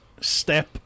step